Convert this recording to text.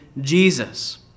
Jesus